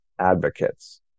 advocates